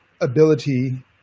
ability